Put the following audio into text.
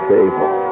Table